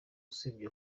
usibye